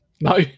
No